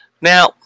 now